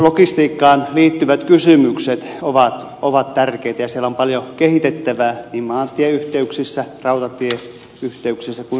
logistiikkaan liittyvät kysymykset ovat tärkeitä ja siellä on paljon kehitettävää niin maantieyhteyksissä rautatieyhteyksissä kuin lentoliikenteessäkin